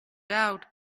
out